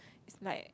like